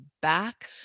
back